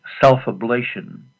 self-ablation